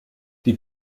die